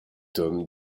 homme